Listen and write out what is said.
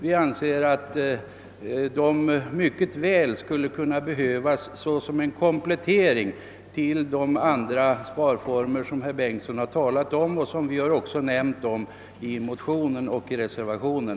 Vi anser att de mycket väl skulle kunna behövas såsom en komplettering till de and Ta sparformer som herr Bengtsson talat om och som vi också omnämnt i motionen och i reservationen.